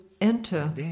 enter